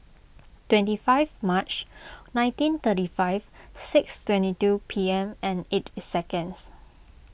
twenty five March nineteen thirty five six twenty two P M and eight seconds